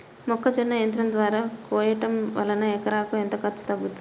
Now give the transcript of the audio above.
మొక్కజొన్న యంత్రం ద్వారా కోయటం వలన ఎకరాకు ఎంత ఖర్చు తగ్గుతుంది?